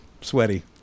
sweaty